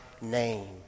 name